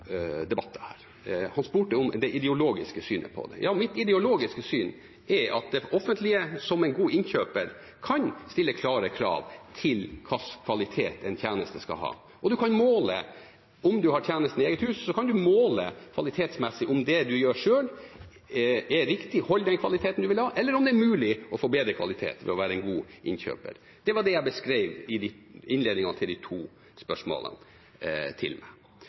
det. Mitt ideologiske syn er at det offentlige som en god innkjøper kan stille klare krav til hvilken kvalitet en tjeneste skal ha, og om man har tjenesten i eget hus, kan man måle kvalitetsmessig om det man gjør selv, er riktig, at det holder den kvaliteten man vil ha, eller om det er mulig å få bedre kvalitet ved å være en god innkjøper. Det var det jeg beskrev i innledningen til de to spørsmålene til meg.